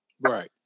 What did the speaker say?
Right